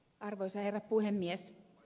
arvoisa herra puhemies